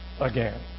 again